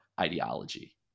ideology